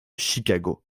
chicago